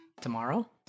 Tomorrow